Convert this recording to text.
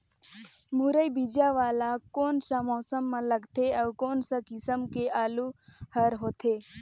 मुरई बीजा वाला कोन सा मौसम म लगथे अउ कोन सा किसम के आलू हर होथे?